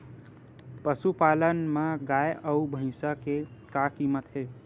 पशुपालन मा गाय अउ भंइसा के का कीमत हे?